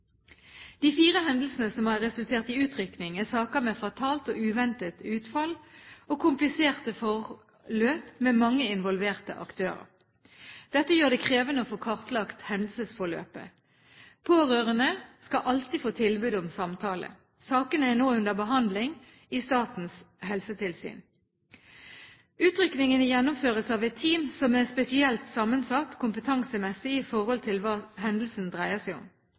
De fire hendelsene som har resultert i utrykning, er saker med fatalt og uventet utfall og kompliserte forløp med mange involverte aktører. Dette gjør det krevende å få kartlagt hendelsesforløpet. Pårørende skal alltid få tilbud om samtale. Sakene er nå under behandling i Statens helsetilsyn. Utrykningene gjennomføres av et team som er spesielt sammensatt kompetansemessig i forhold til hva hendelsen dreier seg om.